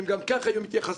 אם גם כך היו מתייחסים,